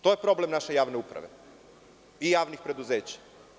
To je problem naše javne uprave i javnih preduzeća.